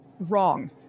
wrong